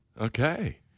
Okay